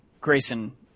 Grayson